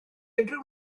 unrhyw